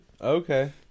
Okay